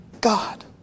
God